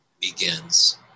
begins